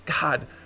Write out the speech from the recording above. God